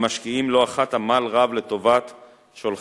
המשקיעים לא אחת עמל רב לטובת שולחיהם.